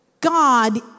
God